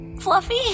Fluffy